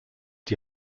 die